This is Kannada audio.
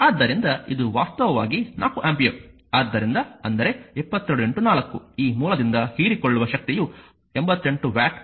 ಆದ್ದರಿಂದ ಇದು ವಾಸ್ತವವಾಗಿ 4 ಆಂಪಿಯರ್ ಆದ್ದರಿಂದ ಅಂದರೆ 22 4 ಈ ಮೂಲದಿಂದ ಹೀರಿಕೊಳ್ಳುವ ಶಕ್ತಿಯು 88 ವ್ಯಾಟ್ ಆಗಿರುತ್ತದೆ